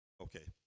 Okay